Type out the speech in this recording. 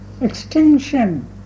extinction